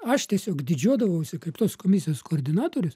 aš tiesiog didžiuodavausi kaip tos komisijos koordinatorius